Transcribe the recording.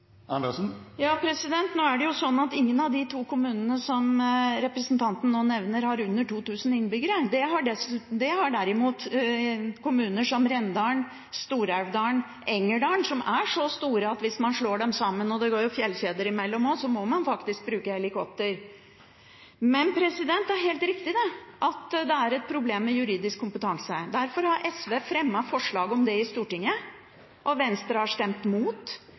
som representanten nå nevner, som har under 2 000 innbyggere. Det har derimot kommuner som Rendalen, Stor-Elvdal og Engerdal, som er så store at hvis man slår dem sammen – og det ligger jo også fjellkjeder imellom – må man faktisk bruke helikopter. Men det er helt riktig at det er et problem med juridisk kompetanse. Derfor har SV fremmet forslag om det i Stortinget, og Venstre har stemt